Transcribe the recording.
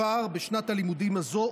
בשנת הלימודים הזו,